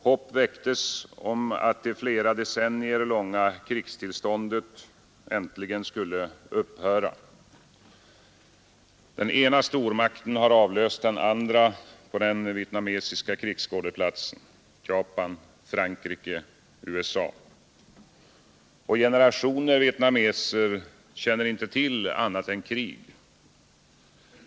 Hopp väcktes om att det flera decennier långa krigstillståndet äntligen skulle upphöra. Den ena stormakten har avlöst den andra på den vietnamesiska krigsskådeplatsen: Japan, Frankrike, USA. Generationer vietnameser känner inte till annat än krig.